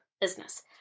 business